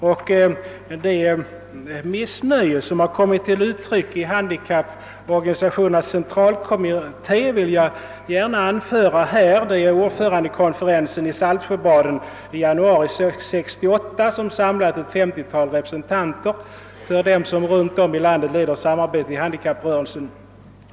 Jag vill gärna här erinra om det missnöje som kom till uttryck i handikapporganisationernas centralkommitté vid ordförandekonferensen i Saltsjöbaden i januari 1968, vilken samlade ett femtiotal representanter för dem som runt om i landet leder samarbetet i handikapprörelsen.